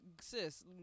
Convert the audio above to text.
sis